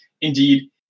Indeed